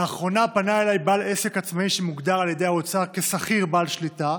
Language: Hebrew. לאחרונה פנה אליי בעל עסק עצמאי שמוגדר על ידי האוצר כשכיר בעל שליטה,